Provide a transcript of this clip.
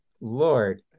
Lord